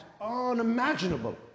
unimaginable